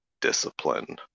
discipline